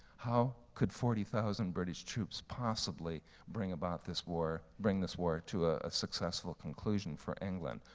how could forty thousand british troops possibly bring about this war, bring this war to a successful conclusion for england.